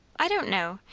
i don't know.